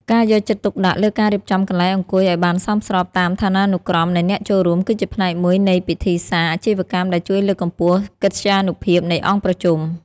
ការយកចិត្តទុកដាក់លើការរៀបចំកន្លែងអង្គុយឱ្យបានសមស្របតាមឋានានុក្រមនៃអ្នកចូលរួម គឺជាផ្នែកមួយនៃពិធីសារអាជីវកម្មដែលជួយលើកកម្ពស់កិត្យានុភាពនៃអង្គប្រជុំ។